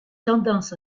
tendance